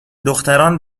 دختران